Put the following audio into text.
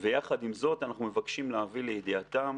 ויחד עם זאת אנחנו מבקשים להביא לידיעתם,